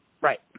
Right